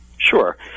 Sure